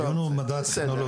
הדיון הוא מדע טכנולוגי.